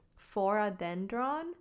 Foradendron